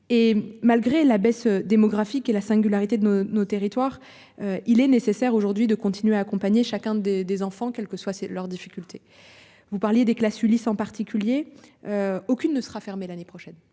Et malgré la baisse démographique et la singularité de nos nos territoires. Il est nécessaire aujourd'hui de continuer à accompagner chacun des des enfants quel que soit, c'est leur difficultés, vous parliez des classes Ulis en particulier. Aucune ne sera fermé l'année prochaine